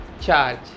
charge